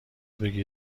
بگیر